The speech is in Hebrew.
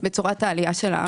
בצורת העלייה של הפיקדונות.